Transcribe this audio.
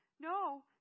No